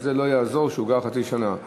אז לא יעזור שהוא יגור חצי שנה.